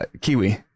Kiwi